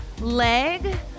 leg